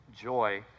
joy